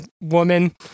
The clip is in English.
woman